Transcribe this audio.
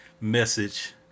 message